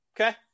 Okay